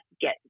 get